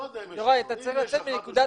לא יודע אם עשרות אלפי.